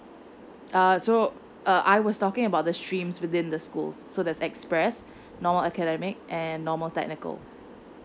uh so I was talking about the streams within the school so there's express normal academic and normal technical